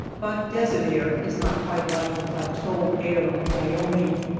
but desert air is not quite like the plateau air of wyoming,